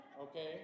Okay